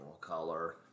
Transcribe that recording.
color